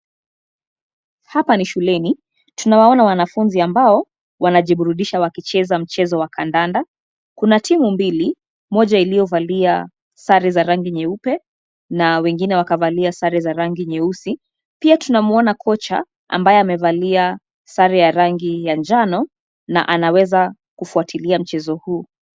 Hapa ni shuleni, tunawaona wanafunzi ambao, wanajiburudisha wakicheza mchezo wa kandanda, kuna timu mbili, moja iliyovalia, sare za rangi nyeupe, na wengine wakavalia sare za rangi nyeusi, pia tunamwona kocha, ambaye amevalia, sare ya rangi ya njano, na anaweza, kufuatilia mchezo huu.